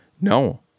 No